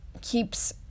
keeps